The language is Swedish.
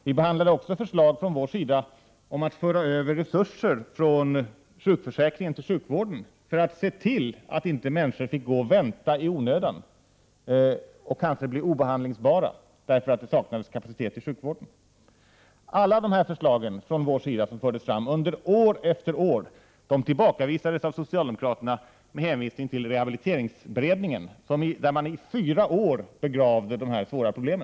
Vi behandlade också förslag från vår sida om att man skulle föra över resurser från sjukförsäkringen till sjukvården för att kunna se till att människor inte fick gå och vänta i onödan och kanske bli icke-behandlingsbara därför att det saknades kapacitet i sjukvården. Alla de här förslagen från vår sida som fördes fram år efter år tillbakavisades av socialdemokraterna med hänvisning till rehabiliteringsberedningen, där man i fyra år begravde dessa svåra problem.